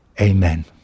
Amen